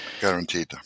Guaranteed